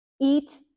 eat